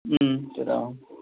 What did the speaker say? अँ त्यो त हो